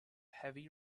heavy